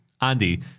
Andy